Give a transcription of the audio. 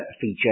feature